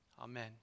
Amen